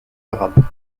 arabe